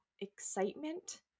excitement